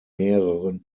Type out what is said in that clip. mehreren